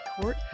court